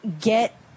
get